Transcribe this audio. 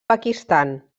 pakistan